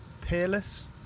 peerless